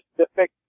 specific